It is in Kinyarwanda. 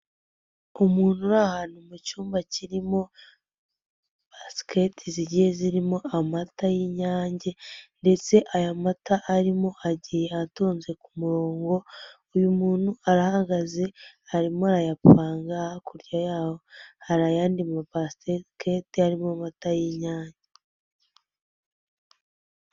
Umuntu uri ahantu mu cyumba kirimo basiketi zigiye zirimo amata y'inyange ndetse aya mata arimo agiye atonze ku murongo, uyu muntu arahagaze, arimo arayapanga, hakurya yaho hari ayandi mabasikete arimo amata y'inyange.